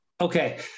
okay